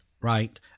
right